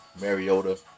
Mariota